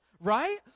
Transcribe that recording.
right